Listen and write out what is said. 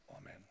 Amen